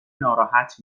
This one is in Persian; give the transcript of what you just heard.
ناراحت